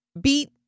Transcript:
Beat